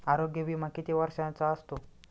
आरोग्य विमा किती वर्षांचा असतो?